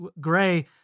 Gray